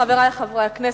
חברי חברי הכנסת,